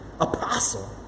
apostle